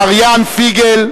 מר יאן פיגל,